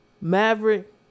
Maverick